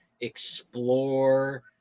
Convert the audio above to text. explore